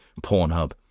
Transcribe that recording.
Pornhub